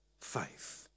faith